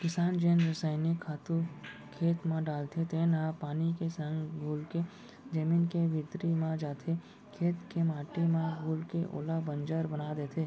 किसान जेन रसइनिक खातू खेत म डालथे तेन ह पानी के संग घुलके जमीन के भीतरी म जाथे, खेत के माटी म घुलके ओला बंजर बना देथे